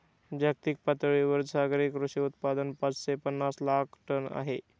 जागतिक पातळीवर सागरी कृषी उत्पादन पाचशे पनास लाख टन आहे